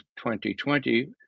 2020